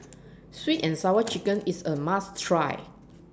Sweet and Sour Chicken IS A must Try